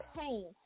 pain